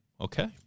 Okay